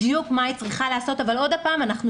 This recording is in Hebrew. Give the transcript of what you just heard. בדיוק מה היא צריכה לעשות אבל שוב,